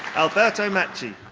alberto macchi.